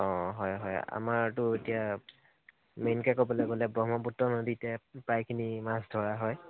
অঁ হয় হয় আমাৰটো এতিয়া মেইনকৈ ক'বলৈ গ'লে ব্ৰহ্মপুত্ৰ নদীতে প্ৰায়খিনি মাছ ধৰা হয়